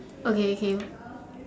okay okay